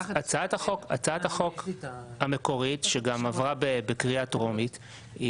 הצעת החוק המקורית שגם עברה בקריאה טרומית,